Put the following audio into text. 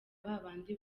babandi